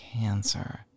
cancer